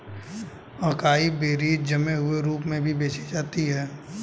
acai berries जमे हुए रूप में भी बेची जाती हैं